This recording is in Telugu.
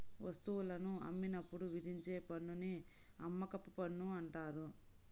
వస్తువులను అమ్మినప్పుడు విధించే పన్నుని అమ్మకపు పన్ను అంటారు